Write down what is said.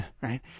right